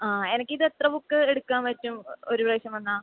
ആ എനിക്ക് ഇത് എത്ര ബുക്ക് എടുക്കാൻ പറ്റും ഒരു പ്രാവശ്യം വന്നാൽ